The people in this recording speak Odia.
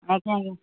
ଆଜ୍ଞା ଆଜ୍ଞା